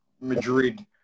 Madrid